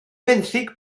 fenthyg